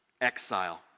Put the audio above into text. Exile